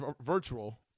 virtual